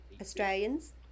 Australians